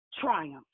triumph